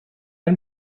ein